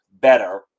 better